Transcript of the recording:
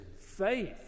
faith